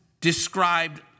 described